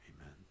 Amen